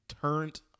turned